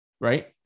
right